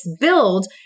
build